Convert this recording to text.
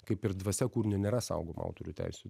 kaip ir dvasia kūrinio nėra saugoma autorių teisių